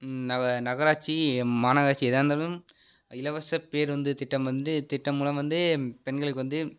ந நகராட்சி மாநகராட்சி எதாது இருந்தாலும் இலவச பேருந்து திட்டம் வந்து திட்டம் மூலம் வந்து பெண்களுக்கு வந்து